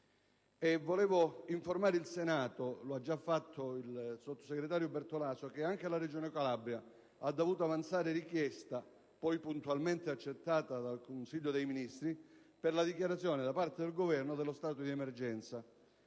inoltre informare il Senato - anche se lo ha già fatto il sottosegretario Bertolaso - che purtroppo anche la Regione Calabria ha dovuto avanzare richiesta, poi puntualmente accettata dal Consiglio dei ministri, per la dichiarazione da parte del Governo dello stato di emergenza,